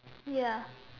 ya